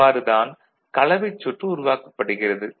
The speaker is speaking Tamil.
இவ்வாறு தான் கலவைச் சுற்று உருவாக்கப்படுகிறது